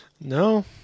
no